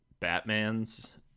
batmans